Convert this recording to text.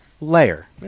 layer